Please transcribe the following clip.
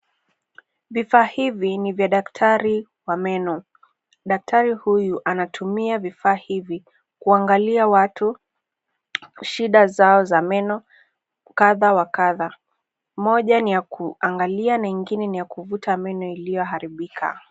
Vifaa hivi ni vya daktari wa meno. Daktari huyu anatumia vifaa hivi kuangalia watu shida zao za meno kadha wa kadha. Moja ni ya kuangalia na ingine ni ya kuvuta meno iliyoharibika.